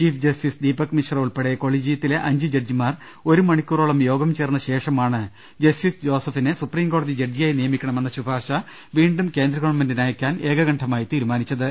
chief justice Deepak Mishra ഉൾപ്പെടെ കൊളീജിയത്തിലെ അഞ്ച് ജഡ്ജിമാർ ഒരു മണിക്കൂറോളം യോഗം ചേർന്ന ശേഷമാണ് ജസ്റ്റിസ് ജോസഫിനെ സുപ്രീംകോടതി ജഡ്ജിയായി നിയമിക്കണമെന്ന് ശുപാർശ വീണ്ടും കേന്ദ്ര ഗവൺമെന്റിന് അയയ്ക്കാൻ ഏകകണ്ഠമായി തീരുമാനിച്ചത്